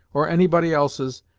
or any body else's,